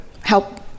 help